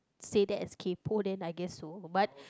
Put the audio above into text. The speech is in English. say that as kaypo that I guess so but